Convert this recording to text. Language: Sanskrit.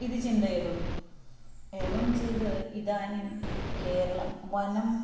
इति चिन्तयतु एवं चेद् इदानीं केरलं वनं